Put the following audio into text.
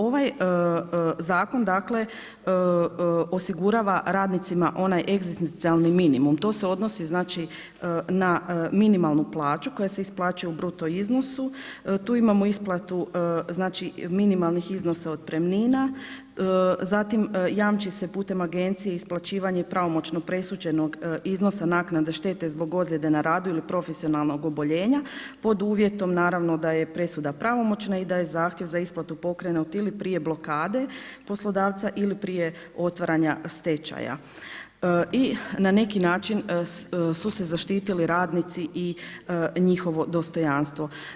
Ovaj zakon osigurava radnicima onaj egzistencijalni minimum, to se odnosi na minimalnu plaću koja se isplaćuje u bruto iznosu, tu imamo isplatu minimalnih iznosa otpremnina, zatim jamči se putem agencije isplaćivanje pravomoćno presuđenog iznosa naknade štete zbog ozljede na radu ili profesionalnog oboljenja pod uvjetom da je presuda pravomoćna i da je zahtjev za isplatu pokrenut ili prije blokade poslodavca ili prije otvaranja stečaja i na neki način su se zaštitili radnici i njihovo dostojanstvo.